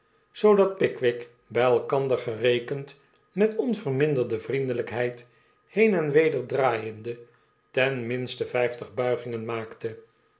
zoodat pickwick bij elkander gerekend met onverminderde vriehdelpheid heen en weder draaiende ten minste vijftig buigingen maakte